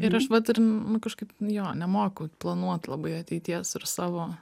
ir aš vat ir nu kažkaip jo nemoku planuot labai ateities ir savo